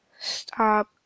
stop